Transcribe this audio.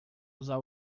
usar